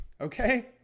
okay